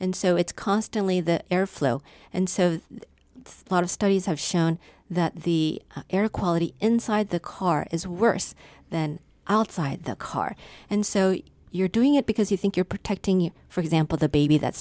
and so it's constantly the air flow and so it's a lot of studies have shown that the air quality inside the car is worse than outside the car and so you're doing it because you think you're protecting you for example the baby that